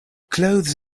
clothes